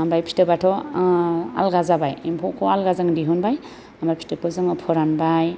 ओमफ्राय फिथोबाथ' आलागा जाबाय एम्फौखौ आलागा जों दिहुनबाय ओमफ्राय फिथोबखौ जोङो फोरानबाय